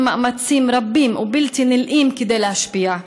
מאמצים רבים ובלתי נלאים כדי להשפיע,